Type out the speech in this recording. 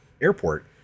airport